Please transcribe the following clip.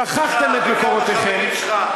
שכחתם את מקורותיכם,